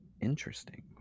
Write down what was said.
interesting